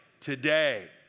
today